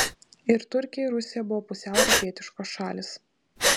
ir turkija ir rusija buvo pusiau europietiškos šalys